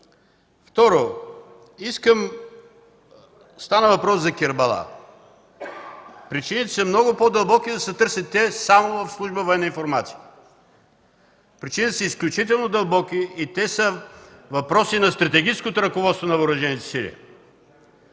Второ, стана въпрос за Кербала. Причините са много по-дълбоки да се търсят те само в служба „Военна информация”. Причините са изключително дълбоки и те са въпроси на стратегическото ръководство на Въоръжените сили.